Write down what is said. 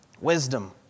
Wisdom